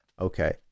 Okay